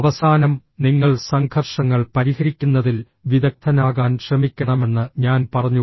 അവസാനം നിങ്ങൾ സംഘർഷങ്ങൾ പരിഹരിക്കുന്നതിൽ വിദഗ്ദ്ധനാകാൻ ശ്രമിക്കണമെന്ന് ഞാൻ പറഞ്ഞു